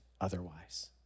otherwise